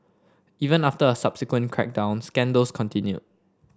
even after a subsequent crackdown scandals continued